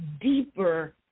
deeper